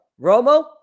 Romo